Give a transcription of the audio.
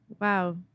Wow